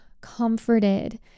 comforted